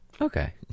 okay